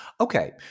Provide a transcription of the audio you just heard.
okay